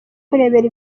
kureberera